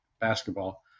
basketball